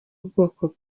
ubwoko